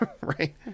right